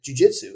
jujitsu